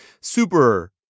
super